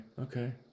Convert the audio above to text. okay